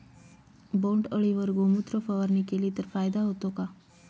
बोंडअळीवर गोमूत्र फवारणी केली तर फायदा होतो का?